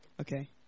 Okay